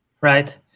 Right